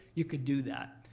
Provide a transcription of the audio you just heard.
you could do that.